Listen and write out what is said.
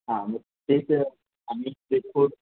हा मग तेच आम्ही ते